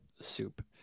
soup